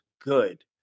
good